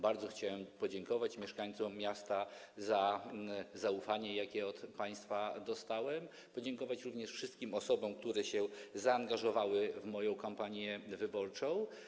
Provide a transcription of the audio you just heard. Bardzo chciałem podziękować mieszkańcom miasta za zaufanie, jakie od państwa dostałem, jak również podziękować wszystkim osobom, które się zaangażowały w moją kampanię wyborczą.